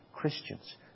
Christians